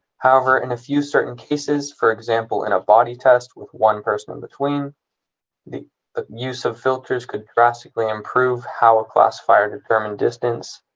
however, in a few certain cases for example, in a body test with one person in between the the use of filters could drastically improve how a classifier determined determined distance,